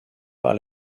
par